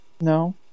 no